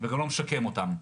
וגם לא משקם אותם.